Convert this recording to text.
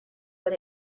but